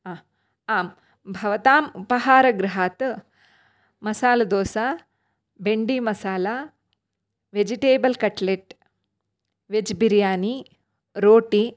आम् भवतां उपहारगृहात् मसाल् दोसा बेण्डी masala vegetable cutlet veg biryani रोटी